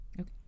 Okay